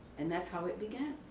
and that's how it began.